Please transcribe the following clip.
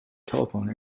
telephone